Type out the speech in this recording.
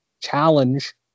challenge